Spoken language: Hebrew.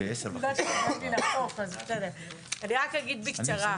אני רק אגיד בקצרה.